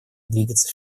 двигаться